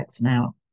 now